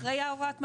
אחרי הוראת המעבר?